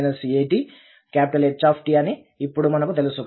కాబట్టి దీని inverse e atH అని ఇప్పుడు మనకు తెలుసు